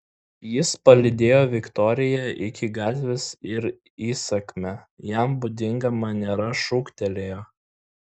jis palydėjo viktoriją iki gatvės ir įsakmia jam būdinga maniera šūktelėjo